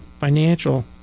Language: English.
financial